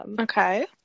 Okay